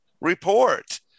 report